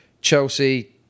Chelsea